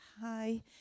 hi